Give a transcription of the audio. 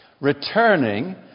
returning